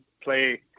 play –